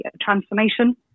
transformation